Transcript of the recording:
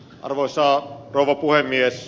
arvoisa rouva puhemies